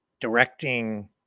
directing